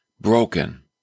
broken